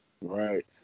Right